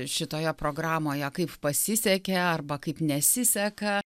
šitoje programoje kaip pasisekė arba kaip nesiseka